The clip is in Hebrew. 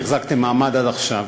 החזקתם מעמד עד עכשיו.